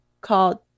called